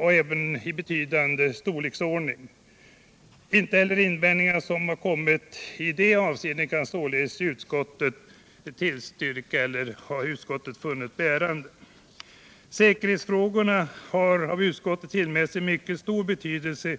även av betydande storleksordning. Inte heller de invändningar som i dessa hänseenden framställts mot förslaget kan utskottet sålunda tillstyrka eller finna bärande. | Säkerhetsfrågorna har av utskottet tillmätts en mycket stor betydelse.